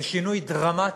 זה שינוי דרמטי.